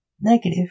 Negative